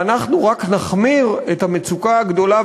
ואנחנו רק נחמיר את המצוקה הגדולה,